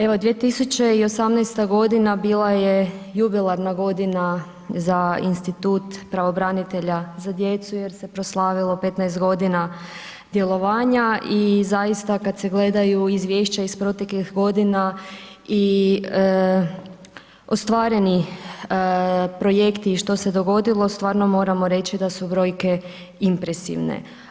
Evo 2018.g. bila je jubilarna godina za institut pravobranitelja za djecu, jer se proslavilo 15 g. djelovanja i zaista kada se gledaju izvješća iz proteklih godina i ostvareni projekti i što se dogodilo, stvarno moramo reći da su brojke impresivne.